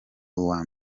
uwa